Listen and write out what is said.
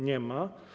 Nie ma.